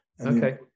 Okay